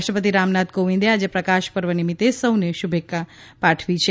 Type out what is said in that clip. રાષ્ટ્રપતિ રામનાથ કોવિદે આજે પ્રકાશ પર્વ નિમિત્તે સૌને શુભકામનાઓ પાઠવી છે